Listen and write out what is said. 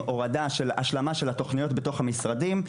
השלמה של התוכניות בתוך המשרדים,